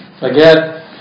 Again